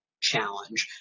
challenge